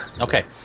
Okay